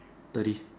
thirty